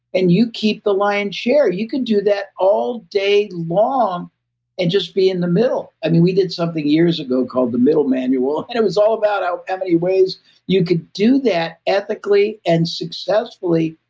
and you keep the lion's share. you can do that all day long and just be in the middle. i mean, we did something years ago called the middle manual. and it was all about how many ways you could do that ethically and successfully,